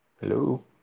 Hello